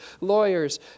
lawyers